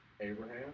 Abraham